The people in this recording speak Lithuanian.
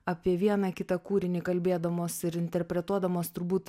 apie vieną kitą kūrinį kalbėdamos ir interpretuodamos turbūt